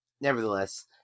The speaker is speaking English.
nevertheless